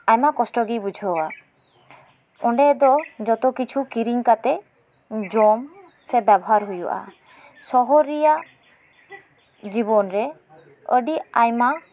ᱟᱭᱢᱟ ᱠᱚᱥᱴᱚ ᱜᱮᱭ ᱵᱩᱡᱷᱟᱹᱣᱟ ᱚᱸᱰᱮ ᱫᱚ ᱡᱚᱛᱚ ᱠᱤᱪᱷᱩ ᱠᱤᱨᱤᱧ ᱠᱟᱛᱮᱜᱡᱚᱢ ᱥᱮ ᱵᱮᱵᱷᱟᱨ ᱦᱩᱭᱩᱜᱼᱟ ᱥᱚᱦᱚᱨ ᱨᱮᱭᱟᱜᱡᱤᱵᱚᱱᱨᱮᱟᱰᱤᱟᱭᱢᱟ